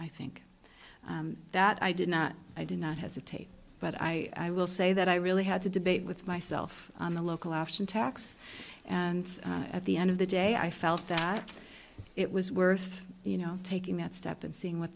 i think that i did not i did not hesitate but i will say that i really had to debate with myself on the local option tax and at the end of the day i felt that it was worth you know taking that step and seeing what